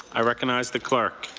i recognize the clerk.